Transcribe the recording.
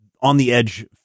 on-the-edge